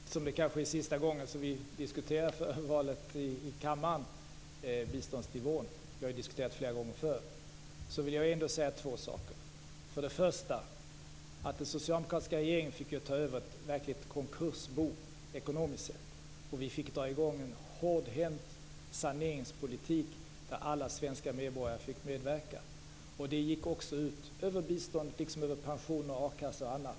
Fru talman! Eftersom det kanske är sista gången som vi diskuterar biståndsnivån i kammaren före valet - vi har ju diskuterat den flera gånger förut - vill jag ändå säga två saker. Den socialdemokratiska regeringen fick ta över ett verkligt konkursbo ekonomiskt sett. Vi fick dra i gång en hårdhänt saneringspolitik där alla svenska medborgare fick medverka. Det gick också ut över biståndet, liksom över pensioner, a-kassa och annat.